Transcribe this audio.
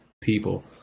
people